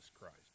Christ